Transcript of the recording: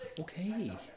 Okay